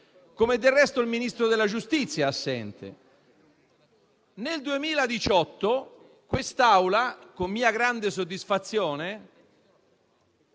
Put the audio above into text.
come del resto anche il Ministro della giustizia è assente. Nel 2018 quest'Assemblea, con mia grande soddisfazione,